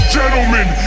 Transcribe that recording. gentlemen